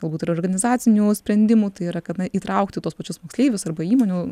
galbūt ir organizacinių sprendimų tai yra kad na įtraukti tuos pačius moksleivius arba įmonių